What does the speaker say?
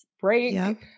break